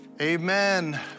Amen